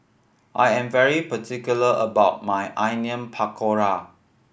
I am very particular about my Onion Pakora